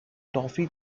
toffee